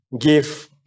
give